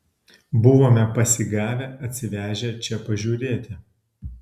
buvome pasigavę atsivežę čia pažiūrėti